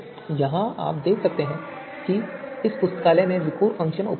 यहाँ आप देख सकते हैं कि इस पुस्तकालय में विकोर फ़ंक्शन उपलब्ध है